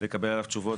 לקבל עליו תשובות,